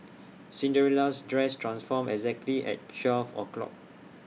Cinderella's dress transformed exactly at twelve o'clock